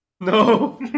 No